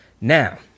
now